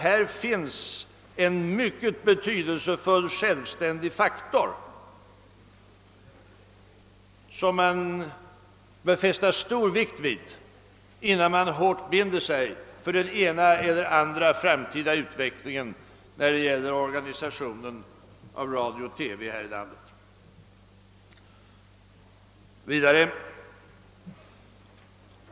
Här finns en mycket betydelsefull faktor som man bör fästa stor vikt vid innan man hårt binder sig för den ena eller den andra framtida utvecklingen när det gäller organisationen av radio och TV här i landet.